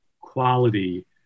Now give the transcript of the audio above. quality